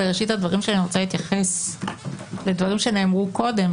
בראשית הדברים שלי אני רוצה להתייחס לדברים שנאמרו קודם.